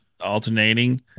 alternating